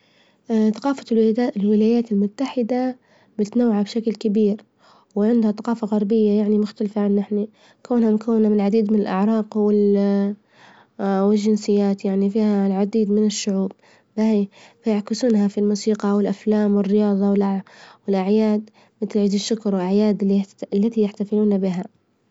ثقافة الولايات المتحدة متنوعة بشكل كبير، وعندها ثقافة غربية يعني مختلفة عنا إحنا، كونها مكونة من العديد من الأعراق والجنسيات يعني فيها العديد من الشعوب باهي، فيعكسونها في الموسيقى والأفلام والرياظة والأعياد متل: عيد الشكر والأعياد التي يحتفلون بها.